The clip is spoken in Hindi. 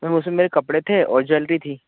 मैम उसमें मेरे कपड़े थे और ज्वेलरी थी